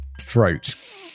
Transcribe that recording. throat